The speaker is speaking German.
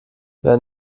wer